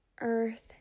earth